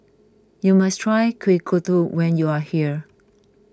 you must try Kuih Kodok when you are here